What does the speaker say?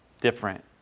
different